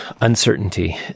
Uncertainty